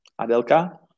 Adelka